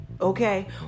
okay